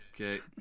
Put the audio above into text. Okay